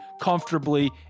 comfortably